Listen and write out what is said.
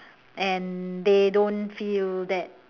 and they don't feel that